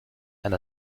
and